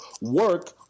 work